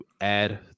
add